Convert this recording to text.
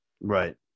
right